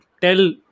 tell